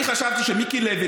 אני חשבתי שמיקי לוי,